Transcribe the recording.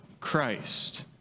Christ